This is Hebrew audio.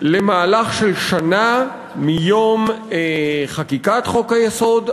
במהלך של שנה מיום חקיקת חוק-היסוד,